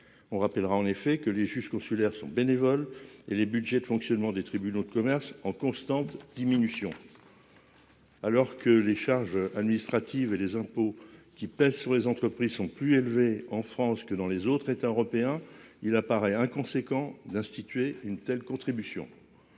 On rappellera en effet que les juges consulaires sont bénévoles et les Budgets de fonctionnement des tribunaux de commerce en constante diminution. Alors que les charges administratives et les impôts qui pèsent sur les entreprises sont plus élevés en France que dans les autres États européens. Il apparaît inconséquent d'instituer une telle contribution.